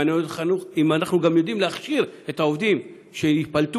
האם אנחנו יודעים להכשיר את העובדים שייפלטו